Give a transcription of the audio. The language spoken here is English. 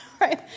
right